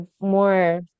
more